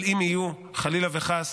אבל אם יהיו, חלילה וחס,